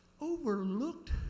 overlooked